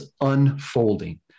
unfolding